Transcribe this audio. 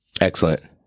Excellent